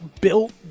built